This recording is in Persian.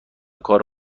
کار